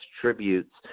tributes